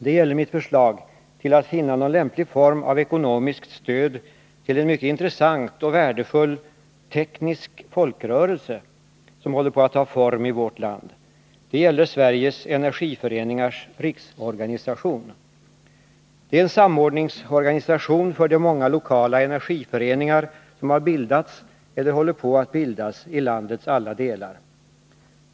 Det gäller mitt förslag att finna någon lämplig form av ekonomiskt stöd till en mycket intressant och värdefull ”teknisk folkrörelse” som håller på att ta form i vårt land. Det gäller Sveriges energiföreningars riksorganisation. Det är en samordningsorganisation för de många lokala energiföreningar som har bildats — eller håller på att bildas — i landets alla delar.